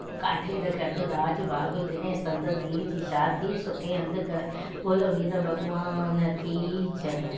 काठियरु खे अधु राज भाॻ ॾिनाईं संदसि धीअ जी शादी सुठे हंधि कराईं बोलो वीरल भॻवान की जय